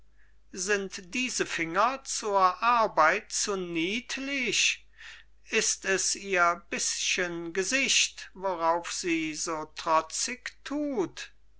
sind diese finger zur arbeit zu niedlich ist es ihr bischen gesicht worauf sie so trotzig thut